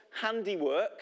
handiwork